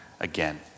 again